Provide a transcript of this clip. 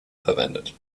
verwendet